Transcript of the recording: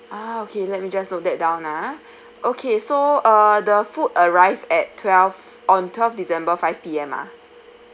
ah okay let me just note that down ah okay so uh the food arrived at twelve on twelve december five P_M ah